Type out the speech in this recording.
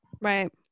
Right